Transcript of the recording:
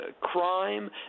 crime